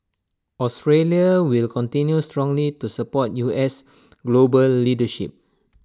Australia will continue strongly to support U S global leadership